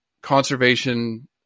conservation